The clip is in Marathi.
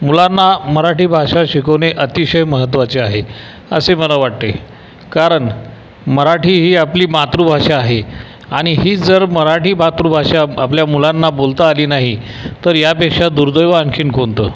मुलांना मराठी भाषा शिकवणे अतिशय महत्त्वाचे आहे असे मला वाटते कारण मराठी ही आपली मातृभाषा आहे आणि हीच जर मराठी मातृभाषा आपल्या मुलांना बोलता आली नाही तर यापेक्षा दुर्दैव आणखीन कोणतं